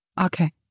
Okay